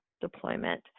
deployment